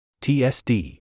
TSD